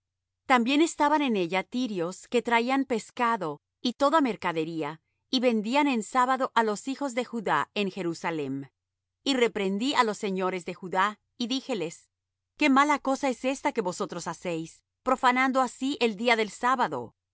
también estaban en ella tirios que traían pescado y toda mercadería y vendían en sábado á los hijos de judá en jerusalem y reprendí á los señores de judá y díjeles qué mala cosa es esta que vosotros hacéis profanando así el día del sábado